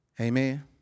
Amen